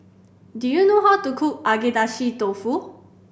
do you know how to cook Agedashi Dofu